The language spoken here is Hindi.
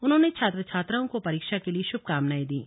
उन्होंने छात्र छात्राओं को परीक्षा के लिए श्भकामनाएं दीं